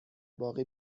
باقی